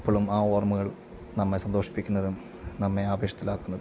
ഇപ്പോളും ആ ഓർമ്മകൾ നമ്മെ സന്തോഷിപ്പിക്കുന്നതും നമ്മെ ആവേശത്തിലാക്കുന്നതും